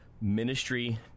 ministry